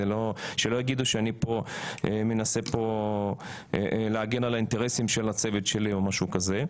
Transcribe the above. שלא יגידו שאני מנסה פה להגן על האינטרסים של הצוות שלי או משהו כזה.